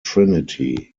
trinity